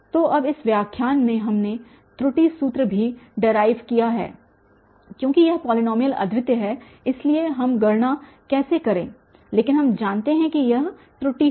तो अब इस व्याख्यान में हमने त्रुटि सूत्र भी डेराइव किया है क्योंकि यह पॉलीनॉमियल अद्वितीय है इसलिए हम गणना कैसे करें लेकिन हम जानते हैं कि यह त्रुटि होगी